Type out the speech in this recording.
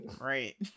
Right